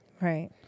Right